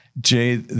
Jay